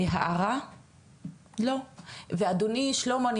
ואדוני שלמה,